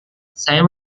saya